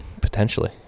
potentially